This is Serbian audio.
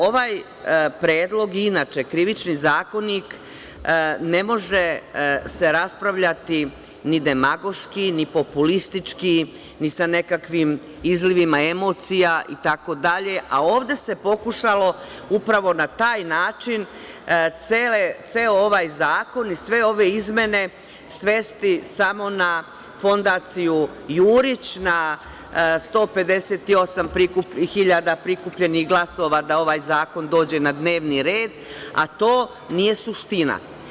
Ovaj predlog i inače Krivični zakonik ne može se raspravljati ni demagoški, ni populistički, ni sa nekakvim izlivima emocija itd, a ovde se pokušalo upravo na taj način ceo ovaj zakon i sve ove izmene svesti samo na Fondaciju „Jurić“, na 158.000 prikupljenih glasova da ovaj zakon dođe na dnevni red, a to nije suština.